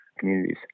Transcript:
communities